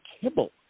kibble